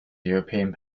european